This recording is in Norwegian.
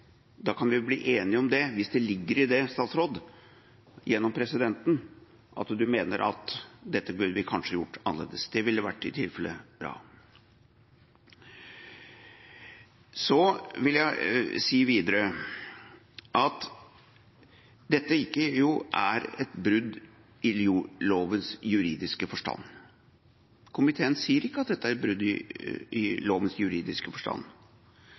da kan vi bli enige om det, hvis det ligger i det, statsråd – gjennom presidenten – at du mener at dette burde vi kanskje gjort annerledes. Det ville i tilfelle vært bra. Så vil jeg videre si at dette jo ikke er et brudd i lovens juridiske forstand – komiteen sier ikke at dette er et brudd i lovens juridiske forstand.